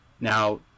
Now